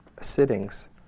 sittings